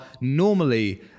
normally